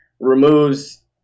removes